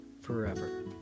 forever